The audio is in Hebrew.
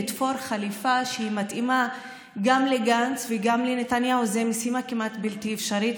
לתפור חליפה שמתאימה גם לגנץ וגם לנתניהו זאת משימה כמעט בלתי אפשרית,